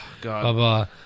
god